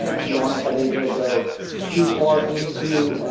ah to be honest, i didn't really go too far into